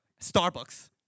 Starbucks